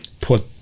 put